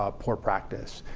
ah poor practice.